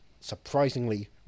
surprisingly